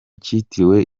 cyitiriwe